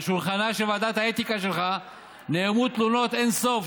על שולחנה של ועדת האתיקה שלך נערמו תלונות אין-סוף,